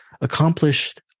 accomplished